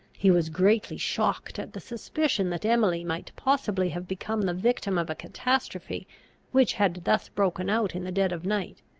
he was greatly shocked at the suspicion that emily might possibly have become the victim of a catastrophe which had thus broken out in the dead of night.